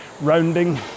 rounding